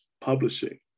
publishing